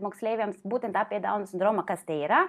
moksleiviams būtent apie dauno sindromą kas tai yra